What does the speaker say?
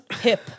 Hip